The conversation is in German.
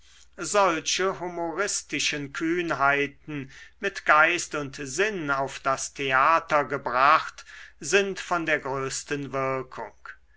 solche humoristische kühnheiten mit geist und sinn auf das theater gebracht sind von der größten wirkung